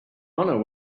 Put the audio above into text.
honor